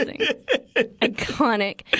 Iconic